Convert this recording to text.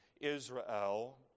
Israel